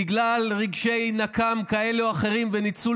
בגלל רגשי נקם כאלה או אחרים וניצול